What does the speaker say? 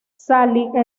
sally